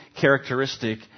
characteristic